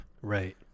Right